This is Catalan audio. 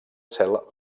cel